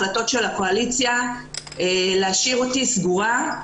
החלטות של הקואליציה להשאיר אותי סגורה.